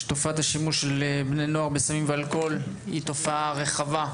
שתופעת השימוש של בני נוער בסמים ואלכוהול היא תופעה רחבה,